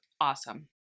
awesome